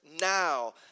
now